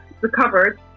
recovered